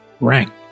ranked